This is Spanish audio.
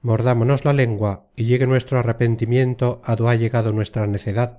mordámonos la lengua y llegue nuestro arrepentimiento á do ha llegado nuestra necedad